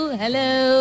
hello